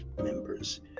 members